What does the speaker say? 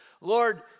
Lord